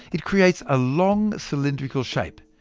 it creates a long cylindrical shape.